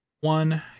one